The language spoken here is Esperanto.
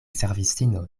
servistino